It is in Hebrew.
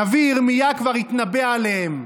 הנביא ירמיה כבר התנבא עליהם.